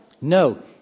No